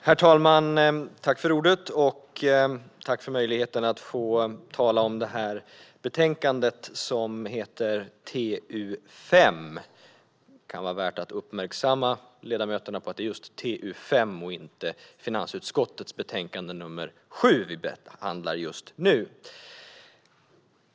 Herr talman! Tack för möjligheten att tala om betänkande TU5. Det kan vara värt att uppmärksamma ledamöterna på att det är just TU5 och inte finansutskottets betänkande FiU7 vi behandlar just nu.